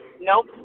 Nope